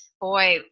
boy